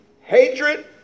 hatred